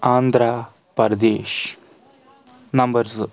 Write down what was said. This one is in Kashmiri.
آندھرا پردیش نمبر زٕ